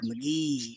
McGee